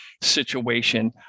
situation